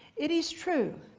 it is true